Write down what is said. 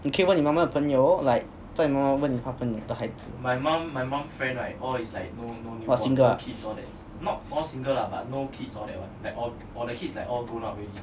你可以问你妈妈的朋友咯 like 叫你妈妈问他朋友的孩子 all single ah